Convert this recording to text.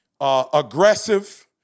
aggressive